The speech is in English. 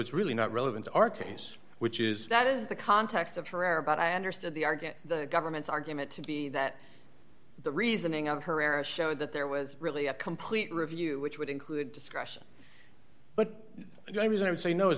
it's really not relevant to our case which is that is the context of herrera but i understood the argue the government's argument to be that the reasoning of herrera showed that there was really a complete review which would include discussion but i